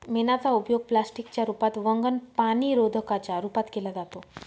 मेणाचा उपयोग प्लास्टिक च्या रूपात, वंगण, पाणीरोधका च्या रूपात केला जातो